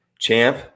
Champ